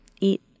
eat